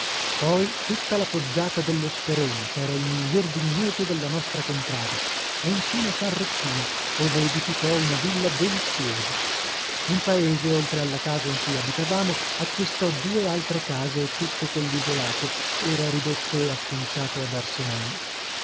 poi tutta la poggiata dello sperone chera il miglior vigneto della nostra contrada e infine san rocchino ove edificò una villa deliziosa in paese oltre alla casa in cui abitavamo acquistò due altre case e tutto quellisolato ora ridotto e acconciato ad arsenale